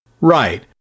Right